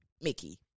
Mickey